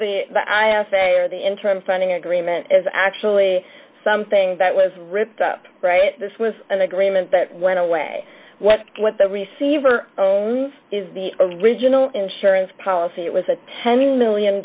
or the interim funding agreement is actually something that was ripped up right this was an agreement but went away what what the receiver owns is the original insurance policy it was a